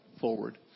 forward